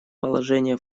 положение